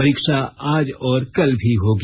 परीक्षा आज और कल भी होगी